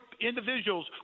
individuals